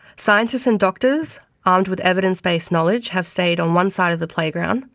scientists and doctors armed with evidence-based knowledge have stayed on one side of the playground,